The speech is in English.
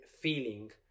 feeling